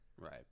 right